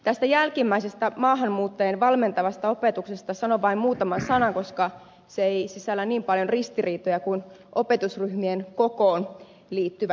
tästä jälkimmäisestä maahanmuuttajien valmentavasta opetuksesta sanon vain muutaman sanan koska se ei sisällä niin paljon ristiriitoja kuin opetusryhmien kokoon liittyvät seikat